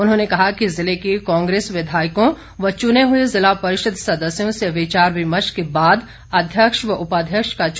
उन्होंने कहा कि जिले के कांग्रेस विधायकों व चुने हुए जिला परिषद सदस्यों से विचार विमर्श के बाद अध्यक्ष व उपाध्यक्ष का चुनाव किया जाएगा